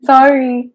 Sorry